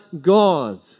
God